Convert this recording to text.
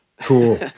Cool